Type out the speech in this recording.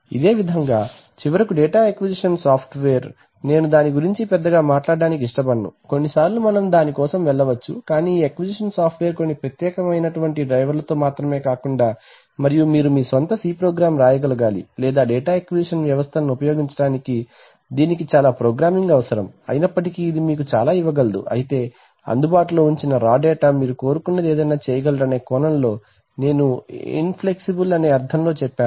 అదేవిధంగా చివరకు data acquisition software నేను దాని గురించి పెద్దగా మాట్లాడటానికి ఇష్టపడను కొన్నిసార్లు మనం దాని కోసం వెళ్ళవచ్చుకానీ ఈ అక్విజిషన్ సాఫ్ట్వేర్ కొన్ని ప్రత్యేకంమైన డ్రైవర్లతో మాత్రమే కాకుండా మరియు మీరు మీ స్వంత Cప్రోగ్రామ్ వ్రాయగలగాలి లేదా డేటా అక్విజిషన్ వ్యవస్థలను ఉపయోగించటానికి దీనికి చాలా ప్రోగ్రామింగ్ అవసరం అయినప్పటికీ ఇది మీకు చాలా ఇవ్వగలదు అయితే అందుబాటులో ఉంచిన రా డేటా మీరు కోరుకున్నది ఏదైనా చేయగలరనే కోణంలో నేను ఇన్ ఫ్లెక్సిబుల్ అనే అర్థం లో చెప్పాను